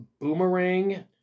Boomerang